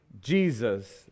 Jesus